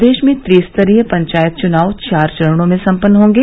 प्रदेश में त्रिस्तरीय पंचायत चुनाव चार चरणों में सम्पन्न होंगे